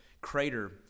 Crater